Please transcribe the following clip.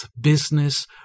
business